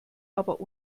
aber